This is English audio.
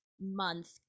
month